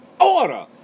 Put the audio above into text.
order